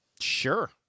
Sure